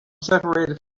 separated